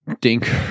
Dink